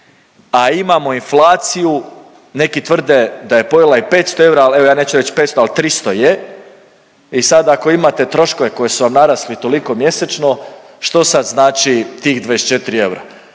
a imamo inflaciju, neki tvrde da je pojela i 500 eura, al evo ja neću reć 500, al 300 je i sad ako imate troškove koji su vam narasli toliko mjesečno, što sad znači tih 24 eura.